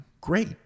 Great